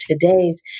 today's